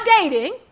dating